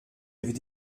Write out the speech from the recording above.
avait